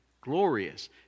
glorious